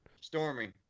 Stormy